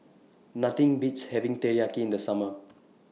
Nothing Beats having Teriyaki in The Summer